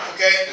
Okay